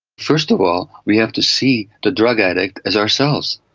first of all we have to see the drug addict as ourselves.